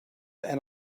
and